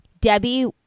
Debbie